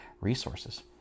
resources